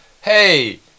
Hey